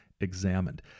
examined